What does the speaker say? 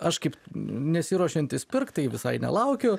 aš kaip nesiruošiantis pirkt tai visai nelaukiu